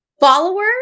follower